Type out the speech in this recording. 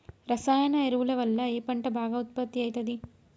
రసాయన ఎరువుల వల్ల ఏ పంట బాగా ఉత్పత్తి అయితది?